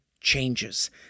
changes